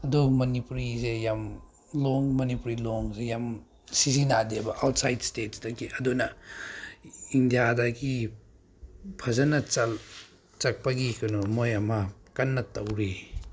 ꯑꯗꯣ ꯃꯅꯤꯄꯨꯔꯤꯖꯦ ꯌꯥꯝ ꯂꯣꯟ ꯃꯅꯤꯄꯨꯔꯤ ꯂꯣꯟꯁꯦ ꯌꯥꯝ ꯁꯤꯖꯤꯟꯅꯗꯦꯕ ꯑꯥꯎꯠꯁꯥꯏꯠ ꯁ꯭ꯇꯦꯠꯁꯇꯒꯤ ꯑꯗꯨꯅ ꯏꯟꯗꯤꯌꯥꯗꯒꯤ ꯐꯖꯅ ꯆꯠꯄꯒꯤ ꯀꯩꯅꯣ ꯃꯣꯏ ꯑꯃ ꯀꯟꯅ ꯇꯧꯔꯤ